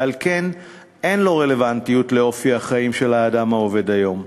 ועל כן אין לו רלוונטיות לאופי החיים של האדם העובד היום.